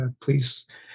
please